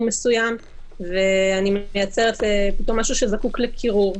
מסוים ואני מייצרת משהו שזקוק לקירור.